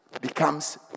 becomes